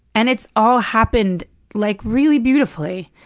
and it's all happened, like, really beautifully.